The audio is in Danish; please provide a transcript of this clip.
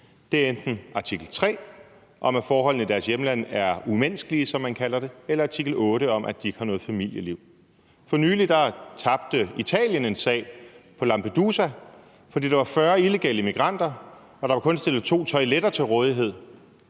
på, enten er artikel 3 om, at forholdene i deres hjemlande er umenneskelige, som man kalder det, eller artikel 8 om, at de ikke har noget familieliv? For nylig tabte Italien en sag på Lampedusa, fordi der var 40 illegale immigranter og der kun var stillet to toiletter til rådighed,